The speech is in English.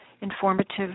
informative